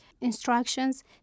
instructions